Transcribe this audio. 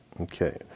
Okay